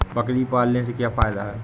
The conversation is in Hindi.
बकरी पालने से क्या फायदा है?